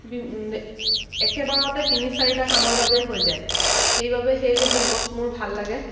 B একেবাৰতে তিনি চাৰিটা কামৰ বাবে হৈ যায় সেইবাবে সেইসমূহ গছ মোৰ ভাল লাগে